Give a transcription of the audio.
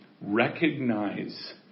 Recognize